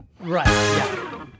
right